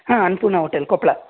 ಹಾಂ ಅನ್ನಪೂರ್ಣ ಓಟೆಲ್ ಕೊಪ್ಪಳ